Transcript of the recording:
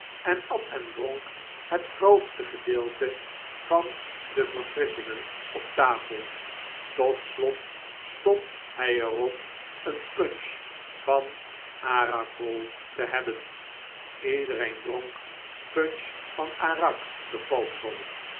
en at en dronk het grootste gedeelte van de verfrisschingen op tafel tot slot stond hij er op een punch van arak bowl te hebben iedereen dronk punch van arak te